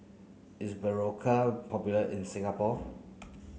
is Berocca popular in Singapore